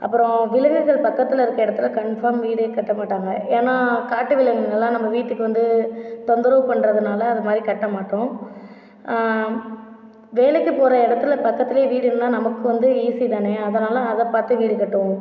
அப்புறம் விலங்குகள் பக்கத்தில் இருக்க இடத்தில் கன்ஃபார்ம் வீடே கட்ட மாட்டாங்கள் ஏன்னால் காட்டு விலங்குகள்லாம் நம்ம வீட்டுக்கு வந்து தொந்தரவு பண்ணுறதுனால அது மாதிரி கட்ட மாட்டோம் வேலைக்கு போகிற இடத்தில் பக்கத்துலயே வீடு இருந்தால் நமக்கு வந்து ஈசி தானே அதனால் அதை பார்த்து வீடு கட்டுவோம்